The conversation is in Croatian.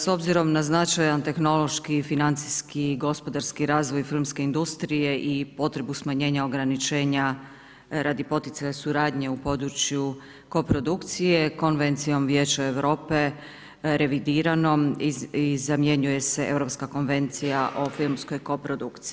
S obzirom na značajan tehnološki, financijski i gospodarski razvoj filmske industrije i potrebu smanjenja ograničenja radi poticaja suradnje u području koprodukcije, Konvencijom Vijeća Europe revidiranom i zamjenjuje se Europska konvencija o filmskoj koprodukciji.